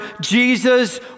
Jesus